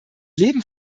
leben